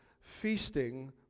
feasting